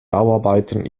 bauarbeiten